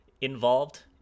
involved